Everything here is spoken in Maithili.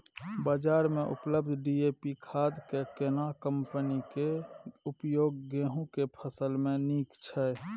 बाजार में उपलब्ध डी.ए.पी खाद के केना कम्पनी के उपयोग गेहूं के फसल में नीक छैय?